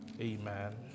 Amen